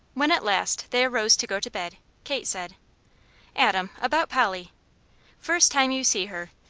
when at last they arose to go to bed kate said adam, about polly first time you see her,